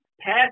past